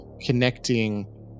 connecting